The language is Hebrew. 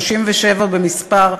37 במספר,